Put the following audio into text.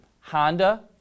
Honda